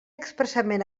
expressament